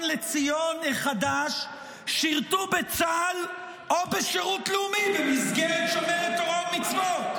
לציון החדש שירתו בצה"ל או בשירות לאומי במסגרת שומרת תורה ומצוות?